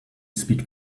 speak